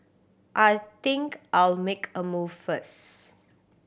I think I'll make a move first